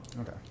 Okay